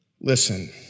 Listen